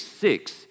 six